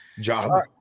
job